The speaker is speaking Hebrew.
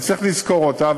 וצריך לזכור אותה,